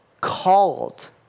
called